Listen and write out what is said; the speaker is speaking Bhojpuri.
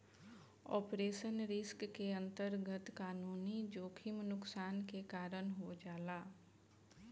ऑपरेशनल रिस्क के अंतरगत कानूनी जोखिम नुकसान के कारन हो जाला